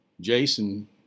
Jason